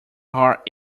heart